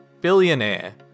Billionaire